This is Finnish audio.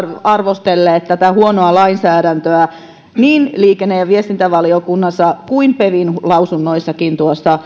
arvostelleet tätä huonoa lainsäädäntöä niin liikenne ja viestintävaliokunnassa kuin pevin lausunnoissakin